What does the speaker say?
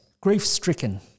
grief-stricken